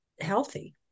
healthy